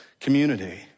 community